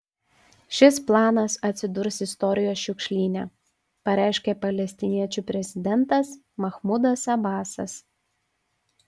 šis planas atsidurs istorijos šiukšlyne pareiškė palestiniečių prezidentas mahmudas abasas